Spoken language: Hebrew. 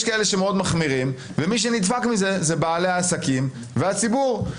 יש כאלה שמקילים ומי שנדפק מזה הם בעלי העסקים והציבור.